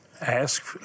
ask